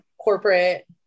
corporate